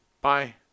bye